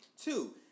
Two